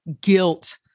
guilt